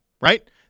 right